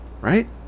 right